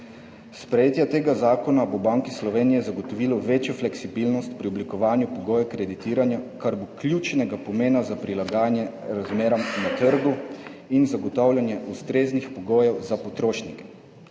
Sprejetje tega zakona bo Banki Slovenije zagotovilo večjo fleksibilnost pri oblikovanju pogojev kreditiranja, kar bo ključnega pomena za prilagajanje razmeram na trgu in zagotavljanje ustreznih pogojev za potrošnike.